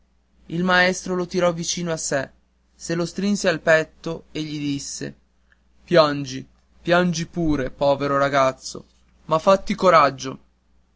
il maestro lo tirò vicino a sé se lo strinse al petto e gli disse piangi piangi pure povero ragazzo ma fatti coraggio